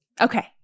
Okay